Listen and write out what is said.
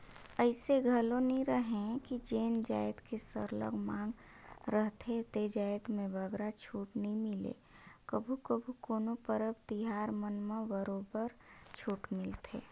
अइसे घलो नी रहें कि जेन जाएत के सरलग मांग रहथे ते जाएत में बगरा छूट नी मिले कभू कभू कोनो परब तिहार मन म बरोबर छूट मिलथे